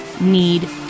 need